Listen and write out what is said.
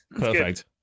Perfect